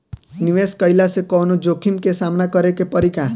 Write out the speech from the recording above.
निवेश कईला से कौनो जोखिम के सामना करे क परि का?